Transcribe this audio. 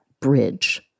bridge